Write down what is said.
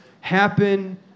happen